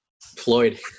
Floyd